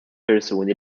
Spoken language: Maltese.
persuni